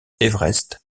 everest